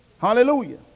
Hallelujah